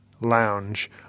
lounge